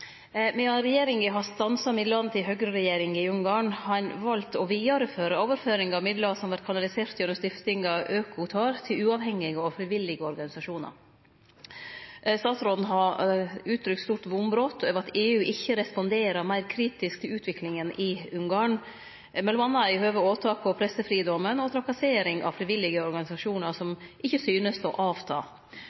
Medan regjeringa har stansa midlane til høgreregjeringa i Ungarn, har ein valt å vidareføre overføringa av midlar som vert kanaliserte gjennom stiftinga Ökotar til uavhengige og frivillige organisasjonar. Statsråden har uttrykt stort vonbrot over at EU ikkje responderer meir kritisk til utviklinga i Ungarn, m.a. over åtak på pressefridomen og trakassering av frivillige organisasjonar, som ikkje synest å